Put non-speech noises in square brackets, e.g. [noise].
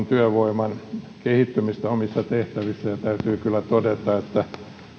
[unintelligible] työvoiman kehittymistä omissa tehtävissään ja täytyy kyllä todeta että